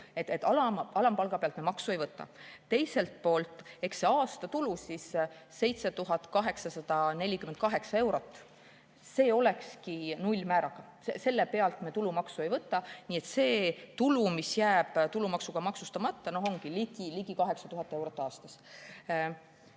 et alampalga pealt me maksu ei võta. Teiselt poolt, eks see aastatulu 7848 eurot olekski siis nullmääraga. Selle pealt me tulumaksu ei võtaks, nii et see tulu, mis jääks tulumaksuga maksustamata, olekski ligi 8000 eurot aastas.